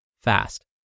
fast